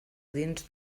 dins